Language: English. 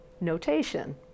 notation